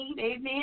amen